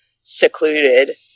secluded